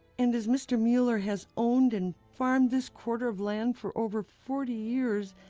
and as mr. mueller has owned and farmed this quarter of land for over forty years,